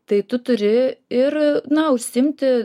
tai tu turi ir na užsiimti